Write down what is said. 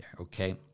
okay